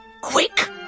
quick